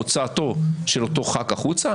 הוצאתו של אותו חבר כנסת החוצה,